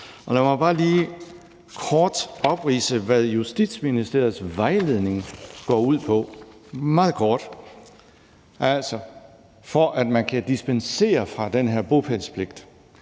Lad mig bare lige kort opridse, hvad Justitsministeriets vejledning går ud på – og det bliver meget kort – for at man kan dispensere fra den her bopælspligt.